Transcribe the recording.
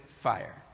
fire